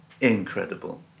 incredible